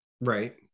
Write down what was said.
Right